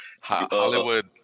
Hollywood